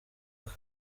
aka